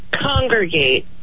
congregate